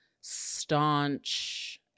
staunch